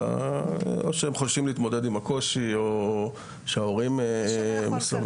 אלא או שהם חוששים להתמודד עם הקושי או שההורים מסרבים.